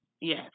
Yes